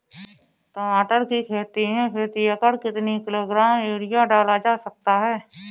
टमाटर की खेती में प्रति एकड़ कितनी किलो ग्राम यूरिया डाला जा सकता है?